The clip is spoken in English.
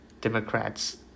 Democrats